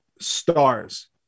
stars